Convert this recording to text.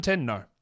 no